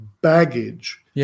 baggage